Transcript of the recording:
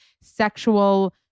sexual